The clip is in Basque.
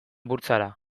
burtsara